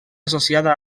associada